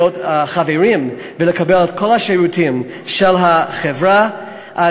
חברים ולקבל את כל השירותים של החברה חינם.